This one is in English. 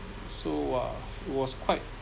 so !wah! it was quite